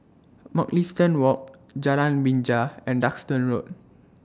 Mugliston Walk Jalan Binja and Duxton Road